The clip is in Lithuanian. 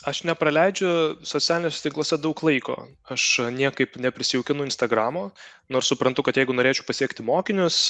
aš nepraleidžiu socialiniuose tinkluose daug laiko aš niekaip neprisijaukinu instagramo nors suprantu kad jeigu norėčiau pasiekti mokinius